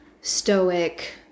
stoic